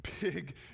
Big